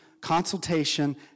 consultation